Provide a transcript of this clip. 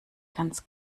ganz